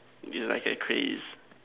you like a crays